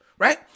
right